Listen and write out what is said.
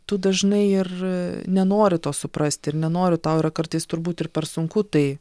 tu dažnai ir nenori to suprasti ir nenori tau yra kartais turbūt ir per sunku tai